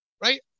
Right